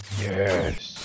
Yes